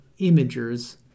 imagers